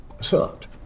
Sucked